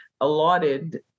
allotted